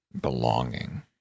belonging